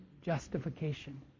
justification